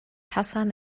hassan